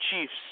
Chiefs